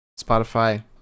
Spotify